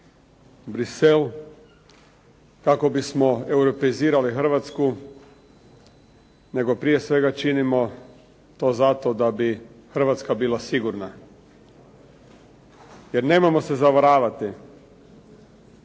Bruxelles kako bi smo europeizirali Hrvatsku, nego prije svega činimo to zato da bi Hrvatska bila sigurna, jer nemojmo se zavaravati,